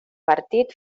partit